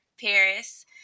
Paris